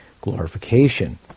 glorification